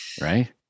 Right